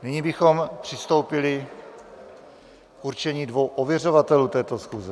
Nyní bychom přistoupili k určení dvou ověřovatelů této schůze.